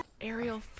Ariel